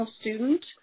student